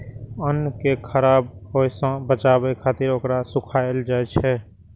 अन्न कें खराब होय सं बचाबै खातिर ओकरा सुखायल जाइ छै